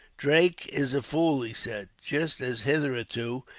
drake is a fool, he said. just as, hitherto,